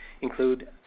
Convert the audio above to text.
include